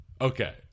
Okay